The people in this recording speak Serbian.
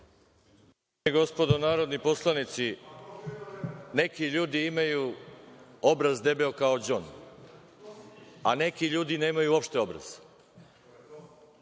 Hvala vam.